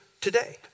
today